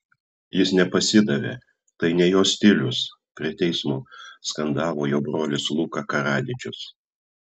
jis nepasidavė tai ne jo stilius prie teismo skandavo jo brolis luka karadžičius